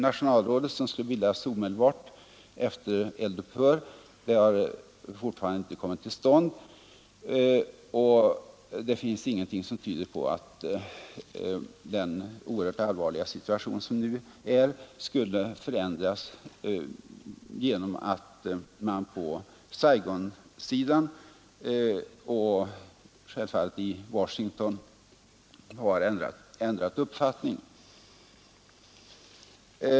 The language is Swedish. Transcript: Nationalrådet, som skulle bildas omedelbart efter eld upphör, har fortfarande inte kommit till stånd, och det finns ingenting som tyder på att den oerhört allvarliga situation som nu råder skulle förändras genom att man i Saigon och — självfallet — i Washington ändrar uppfattning.